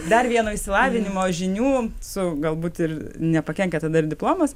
dar vieno išsilavinimo žinių su galbūt ir nepakenkia tada ir diplomas